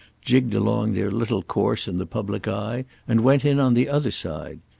jigged along their little course in the public eye, and went in on the other side.